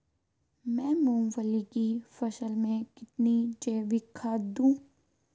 मैं मूंगफली की फसल में कितनी जैविक खाद दूं?